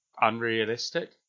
unrealistic